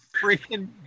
freaking